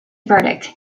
verdict